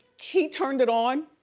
he turned it on.